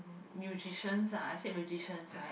musicians ah I said musicians right